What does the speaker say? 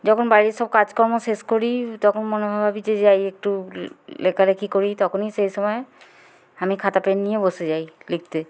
যখন বাড়ির সব কাজকর্ম শেষ করি তখন মনে ভাবি যে যাই একটু লেখালেখি করি তখনই সেই সময় আমি খাতা পেন নিয়ে বসে যাই লিখতে